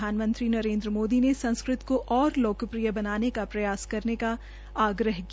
प्रधानमंत्री नरेन्द्र मोदी ने संस्कृत को और लोकप्रिय बनाने का प्रयास करने का आग्रह किया